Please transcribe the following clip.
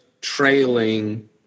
trailing